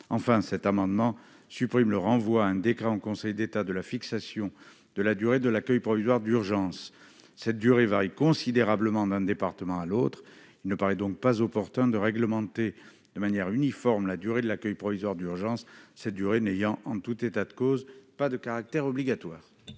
Enfin, cet amendement supprime le renvoi à un décret en Conseil d'État de la fixation de la durée de l'accueil provisoire d'urgence. Cette durée varie considérablement d'un département à l'autre. Il ne paraît donc pas opportun de réglementer de manière uniforme la durée de l'accueil provisoire d'urgence, cette durée n'ayant pas, en tout état de cause, de caractère obligatoire.